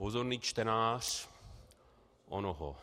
Pozorný čtenář onoho